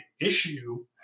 issue